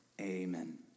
Amen